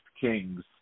kings